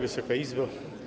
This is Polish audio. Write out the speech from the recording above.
Wysoka Izbo!